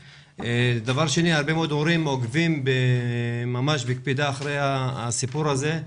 דבר שני, הרבה מאוד הורים עוקבים אחר הסיפור הזה.